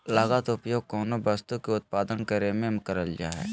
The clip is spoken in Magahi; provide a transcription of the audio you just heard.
लागत उपयोग कोनो वस्तु के उत्पादन करे में करल जा हइ